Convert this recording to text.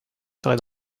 serai